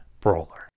Brawler